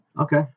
Okay